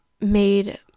made